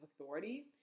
authority